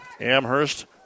Amherst